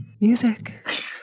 Music